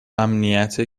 امنیت